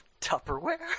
Tupperware